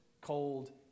cold